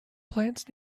plants